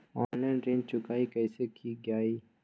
Online ऋण चुकाई कईसे की ञाई?